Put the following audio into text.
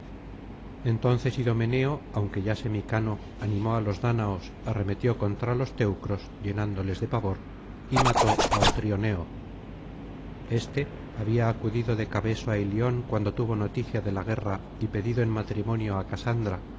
entonces idomeneo aunque ya semicano animó á los dáñaos arremetió contra los teucros llenándoles de pavor y mató á otrioneo éste había acudido de cabeso á ilion cnando tuvo noticia de la guerra y pedido en matrimonio á casandra